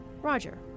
Roger